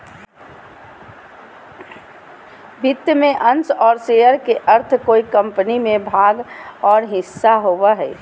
वित्त में अंश और शेयर के अर्थ कोय कम्पनी में भाग और हिस्सा होबो हइ